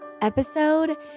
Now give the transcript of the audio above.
episode